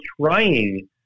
trying